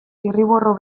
zirriborro